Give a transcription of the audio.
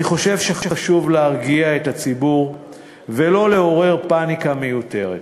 אני חושב שחשוב להרגיע את הציבור ולא לעורר פניקה מיותרת.